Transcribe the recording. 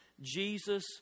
Jesus